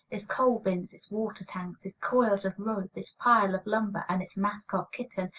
its coal-bins, its water-tanks, its coils of rope, its pile of lumber, and its mascot kitten,